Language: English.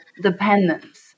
dependence